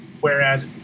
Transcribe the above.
whereas